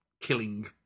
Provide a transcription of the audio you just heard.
killing